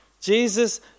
Jesus